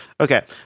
Okay